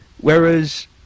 Whereas